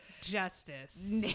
justice